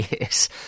Yes